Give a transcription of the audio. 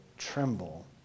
tremble